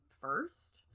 first